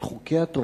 את חוקי התורה,